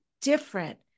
different